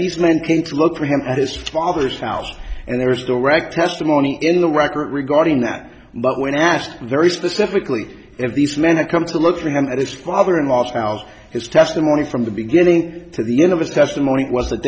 these men came to look for him at his father's house and there is direct testimony in the record regarding that but when asked very specifically of these men to come to look for him and his father in law's house his testimony from the beginning to the end of his testimony was that